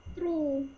True